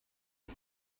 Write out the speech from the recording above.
nka